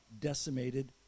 Decimated